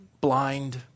blind